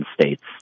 states